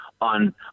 on